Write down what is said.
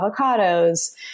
avocados